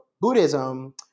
Buddhism